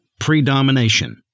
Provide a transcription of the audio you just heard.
Predomination